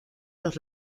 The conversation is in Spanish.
los